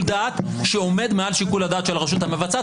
דעת שעומד מעל שיקול הדעת של הרשות המבצעת,